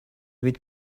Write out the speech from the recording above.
with